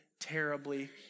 terribly